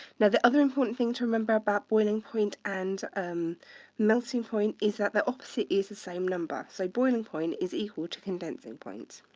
now, the other important thing to about boiling point and um melting point is that the opposite is the same number. so boiling point is equal to condensing point.